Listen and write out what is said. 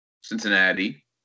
Cincinnati